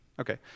Okay